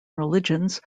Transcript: religions